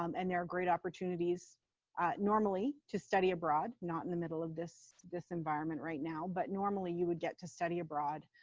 um and there are great opportunities normally to study abroad, not in the middle of this this environment right now, but normally you would get to study abroad,